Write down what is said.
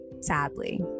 sadly